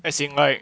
as in like